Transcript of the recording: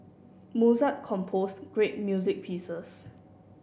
Mozart composed great music pieces